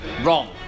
Wrong